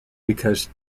because